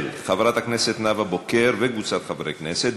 של חברת הכנסת נאוה בוקר וקבוצת חברי הכנסת,